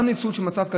גם בניצול של מצב כזה,